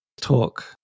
talk